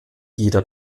jeder